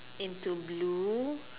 into blue